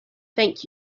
thank